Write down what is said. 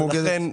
ולכן,